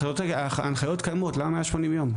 ההנחיות קיימות, למה 180 יום?